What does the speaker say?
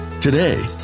Today